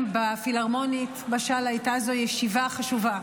בפילהרמונית משל הייתה זו ישיבה חשובה,